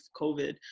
COVID